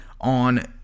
on